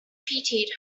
pitied